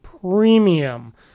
Premium